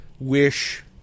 Wish